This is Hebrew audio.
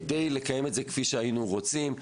כדי לקיים את זה כפי שהיינו רוצים.